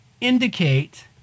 indicate